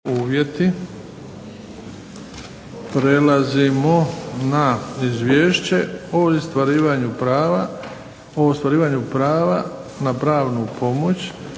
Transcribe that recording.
(HDZ)** Prelazimo na Izvješće o ostvarivanju prava na pravnu pomoć